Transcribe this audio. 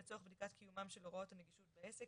לצורך בדיקת קיומן של הוראות הנגישות בעסק.